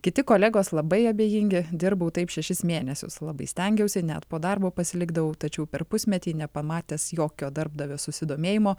kiti kolegos labai abejingi dirbau taip šešis mėnesius labai stengiausi net po darbo pasilikdavau tačiau per pusmetį nepamatęs jokio darbdavio susidomėjimo